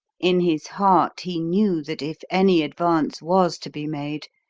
in his heart he knew that if any advance was to be made,